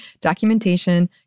documentation